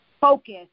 Focus